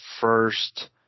first